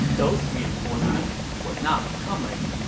those reinforcements were not coming.